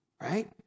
Right